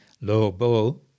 lobo